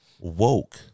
woke